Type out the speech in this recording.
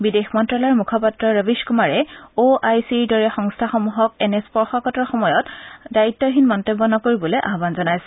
বিদেশ মন্ত্যালয়ৰ মুখপাত্ৰ ৰবিশ কুমাৰে অ আই চিৰ দৰে সংস্থাসমূহক এনে স্পৰ্শকাতৰ সময়ত দায়িত্বহীন মন্তব্য নকৰিবলৈ আহান জনাইছে